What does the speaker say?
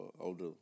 older